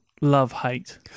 love-hate